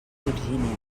virgínia